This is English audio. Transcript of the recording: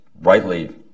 rightly